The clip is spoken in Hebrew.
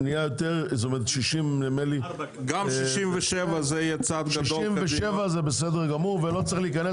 גם 67 זה בסדר גמור ולא צריך להיכנס